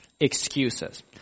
excuses